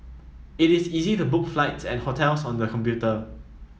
it is easy to book flights and hotels on the computer